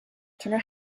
turner